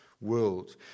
world